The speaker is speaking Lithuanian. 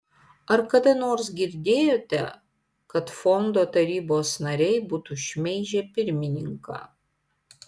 ar kada nors girdėjote kad fondo tarybos nariai būtų šmeižę pirmininką